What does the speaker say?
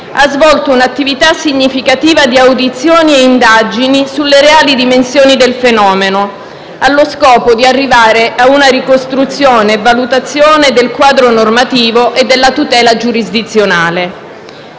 ha svolto un'attività significativa di audizioni e indagini sulle reali dimensioni del fenomeno allo scopo di arrivare a una ricostruzione e valutazione del quadro normativo e della tutela giurisdizionale.